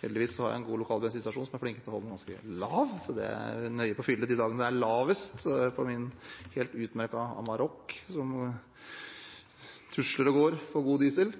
Heldigvis har jeg en god lokal bensinstasjon som er flink til å holde prisen ganske lav, så jeg er nøye på å fylle de dagene den er lavest – på min helt utmerkede Amarok, som